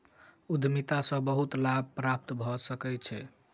उद्यमिता सॅ बहुत लाभ प्राप्त भ सकै छै